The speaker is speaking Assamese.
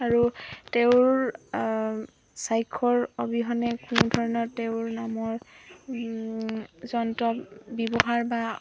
আৰু তেওঁৰ স্বাক্ষৰ অবিহনে কোনো ধৰণৰ তেওঁৰ নামৰ যন্ত্ৰ ব্যৱহাৰ বা